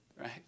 right